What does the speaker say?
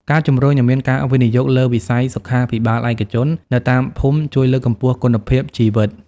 ការជម្រុញឱ្យមានការវិនិយោគលើ "វិស័យសុខាភិបាលឯកជន" នៅតាមភូមិ ជួយលើកកម្ពស់គុណភាពជីវិត។